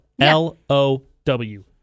L-O-W